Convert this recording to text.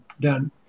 done